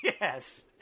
Yes